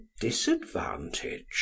disadvantage